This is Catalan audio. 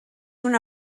una